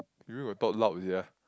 we where got talk loud sia